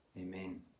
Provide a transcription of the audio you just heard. amen